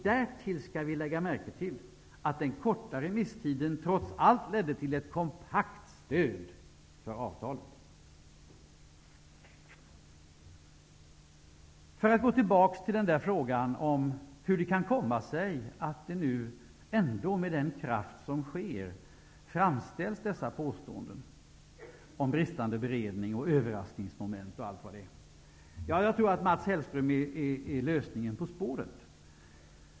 Dessutom skall vi lägga märke till att den korta remisstiden trots allt ledde till ett kompakt stöd för avtalet. Jag vill nu gå tillbaka till frågan hur det kan komma sig att man nu med sådan kraft framför dessa påståenden om bristande beredning, om överraskningsmoment osv. Jag tror att Mats Hellström är lösningen på spåren.